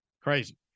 crazy